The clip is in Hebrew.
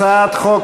הצעת חוק